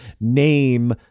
name